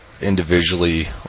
individually